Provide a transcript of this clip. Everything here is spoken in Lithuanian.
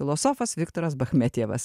filosofas viktoras bachmetjevas